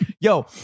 Yo